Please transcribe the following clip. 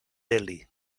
delhi